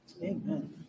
Amen